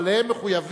אבל הם מחויבים,